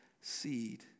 seed